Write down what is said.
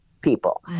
people